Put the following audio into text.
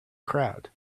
crowd